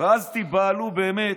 ואז תיבהלו באמת,